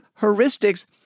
heuristics